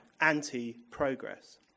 anti-progress